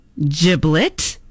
giblet